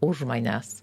už manęs